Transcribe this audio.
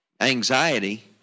anxiety